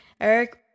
Eric